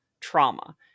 trauma